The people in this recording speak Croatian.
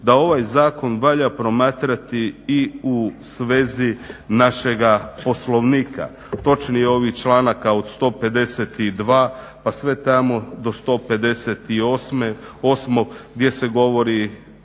da ovaj zakon valja promatrati i u svezi našega Poslovnika, točnije ovih članaka od 152 pa sve tamo do 158 gdje se govori